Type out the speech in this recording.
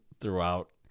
throughout